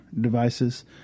devices